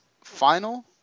final